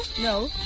No